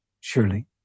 surely